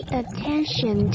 attention